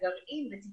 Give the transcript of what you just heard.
זו